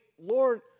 Lord